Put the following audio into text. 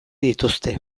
dituzte